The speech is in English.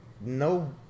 no